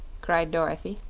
cried dorothy.